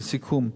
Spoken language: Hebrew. לסיכום,